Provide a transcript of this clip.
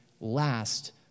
last